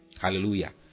Hallelujah